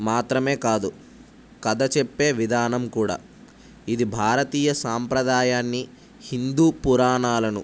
మాత్రమే కాదు కథ చెెప్పే విధానం కూడా ఇది భారతీయ సాంప్రదాయాన్ని హిందూ పురాణాలను